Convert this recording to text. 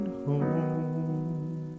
home